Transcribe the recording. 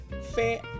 fair